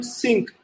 sink